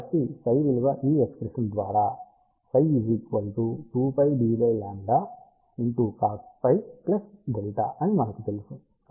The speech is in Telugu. కాబట్టి ψ విలువ ఈ ఎక్ష్ప్రెషన్ ద్వారా అని మనకి తెలుసు